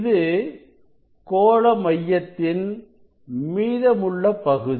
இது கோல மையத்த்தின் மீதமுள்ள பகுதி